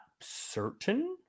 certain